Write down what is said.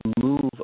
move